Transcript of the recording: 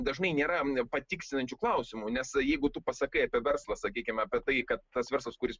dažnai nėra patikslinančių klausimų nes jeigu tu pasakai apie verslą sakykime apie tai kad tas verslas kuris